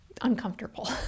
uncomfortable